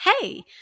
hey